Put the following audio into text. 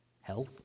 health